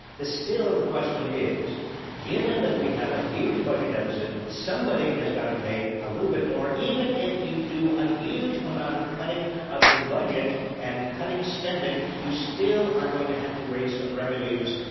the still of the question is given that we have a huge budget deficit, somebody has got to pay a little bit more, even if you do a huge amount of cutting of the budget and cutting spending, you still are going to have to raise some revenues.